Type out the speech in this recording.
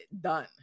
done